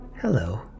Hello